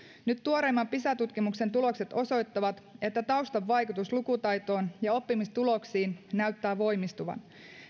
nyt tuoreimman pisa tutkimuksen tulokset osoittavat että taustan vaikutus lukutaitoon ja oppimistuloksiin näyttää voimistuvan